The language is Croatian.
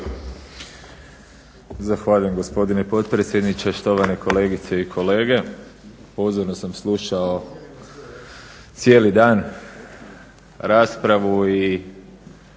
Zahvaljujem gospodine predsjedniče, štovane kolegice i kolege. Pozorno sam slušao cijeli dan raspravu i